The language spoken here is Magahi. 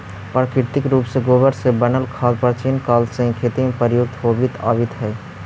प्राकृतिक रूप से गोबर से बनल खाद प्राचीन काल से ही खेती में प्रयुक्त होवित आवित हई